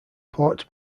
port